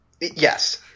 Yes